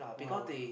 !wah!